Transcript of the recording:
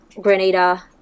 Grenada